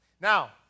Now